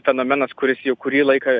fenomenas kuris jau kurį laiką